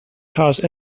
cause